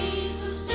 Jesus